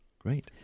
Great